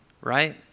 right